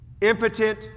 impotent